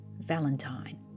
Valentine